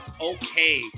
okay